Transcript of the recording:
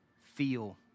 feel